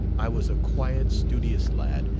i was a quiet, studious lad,